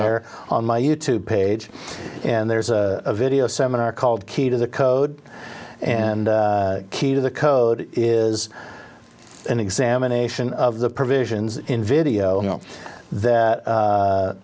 there on my youtube page and there's a video seminar called key to the code and key to the code is an examination of the provisions in video that